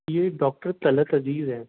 یہ ڈاکٹر طلعت عزیز ہیں